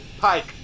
Pike